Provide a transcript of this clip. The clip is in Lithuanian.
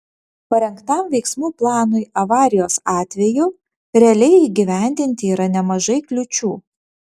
parengtam veiksmų planui avarijos atveju realiai įgyvendinti yra nemažai kliūčių